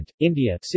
India